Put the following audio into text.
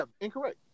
incorrect